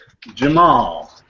Jamal